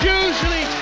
usually